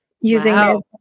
using